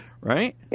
Right